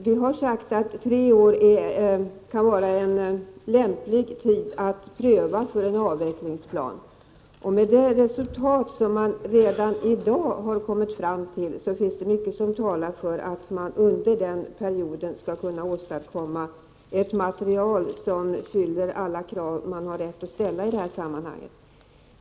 Vi har sagt att tre år kan vara en lämplig tid att pröva i en avvecklingsplan. Med tanke på det resultat som man redan i dag har kommit fram till finns det mycket som talar för att man under den perioden skall kunna åstadkomma ett material som uppfyller alla krav som man har rätt att ställa i det här sammanhanget.